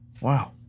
Wow